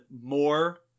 more